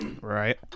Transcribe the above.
Right